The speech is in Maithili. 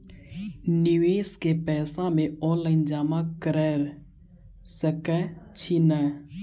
निवेश केँ पैसा मे ऑनलाइन जमा कैर सकै छी नै?